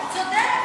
הוא צודק.